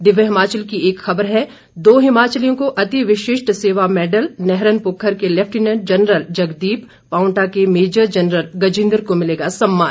दिव्य हिमाचल की एक ख़बर है दो हिमाचलियों को अति विशिष्ट सेवा मेडल नैहरनपुखर के लेफटिनेंट जनरल जगदीप पांवटा के मेजर जनरल गजिंद्र को मिलेगा सम्मान